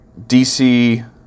DC